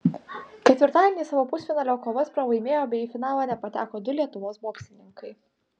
ketvirtadienį savo pusfinalio kovas pralaimėjo bei į finalą nepateko du lietuvos boksininkai